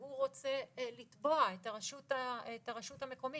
והוא רוצה לתבוע את הרשות המקומית,